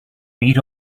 meet